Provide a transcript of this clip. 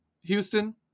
Houston